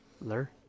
Lur